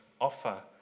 offer